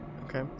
Okay